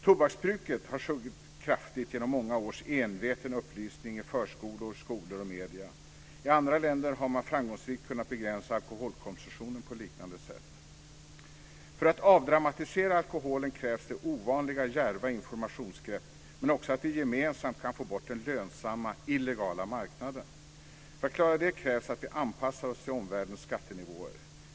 Tobaksbruket har sjunkit kraftigt genom många års enveten upplysning i förskolor, skolor och medier. I andra länder har man framgångsrikt kunnat begränsa alkoholkonsumtionen på liknande sätt. För att avdramatisera alkoholen krävs det ovanliga djärva informationsgrepp, men också att vi gemensamt kan få bort den lönsamma illegala marknaden. För att klara det krävs att vi anpassar oss till omvärldens skattenivåer.